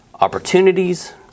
opportunities